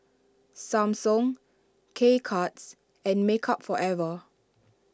Samsung K Cuts and Makeup Forever